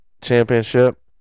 Championship